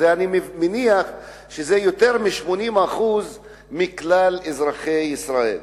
ואני מניח שזה יותר מ-80% מכלל אזרחי ישראל,